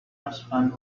husband